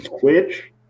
Twitch